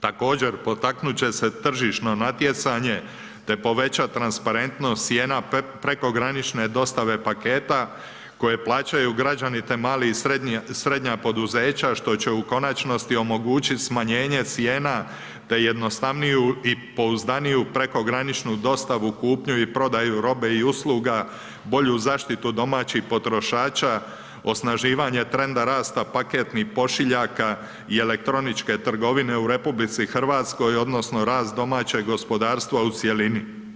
Također, potaknut će se tržišno natjecanje te povećati transparentnost cijena prekogranične dostave paketa koja plaćaju građani te mali i srednja poduzeća što će u konačnosti omogućiti smanjenje cijena te jednostavniju i pouzdaniju prekograničnu dostavu, kupnju i prodaju robe i usluga, bolju zaštitu od domaćih potrošača, osnaživanje trenda rasta paketnih pošiljaka i elektroničke trgovine u RH odnosno rast domaćeg gospodarstva u cjelini.